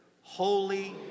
Holy